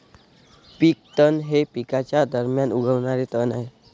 पीक तण हे पिकांच्या दरम्यान उगवणारे तण आहे